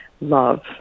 love